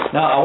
Now